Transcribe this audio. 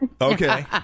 Okay